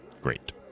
Great